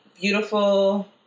beautiful